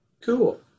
cool